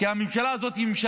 כי הממשלה הזאת היא הממשלה